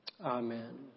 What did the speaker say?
Amen